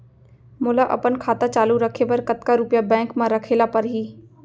मोला अपन खाता चालू रखे बर कतका रुपिया बैंक म रखे ला परही?